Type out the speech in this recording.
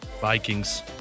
Vikings